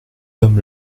homme